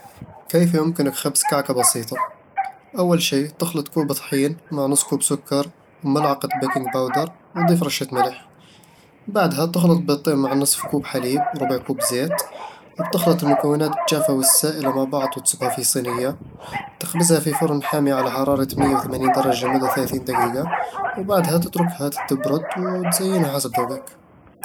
كيف يمكنك خبز كعكة بسيطة؟ أول شي، تخلط كوب طحين مع نص كوب سكر وملعقة بيكنج باودر، وتضيف رشة ملح. بعدها، تخلط بيضتين مع نصف كوب حليب وربع كوب زيت، وبتخلط المكونات الجافة والسائلة مع بعض وتصبها في صينية. تخبزها في فرن حامي على حرارة مية وثمانين درجة لمدة ثلاثين دقيقة، وبعدها تتركها تبرد وتزينها حسب ذوقك.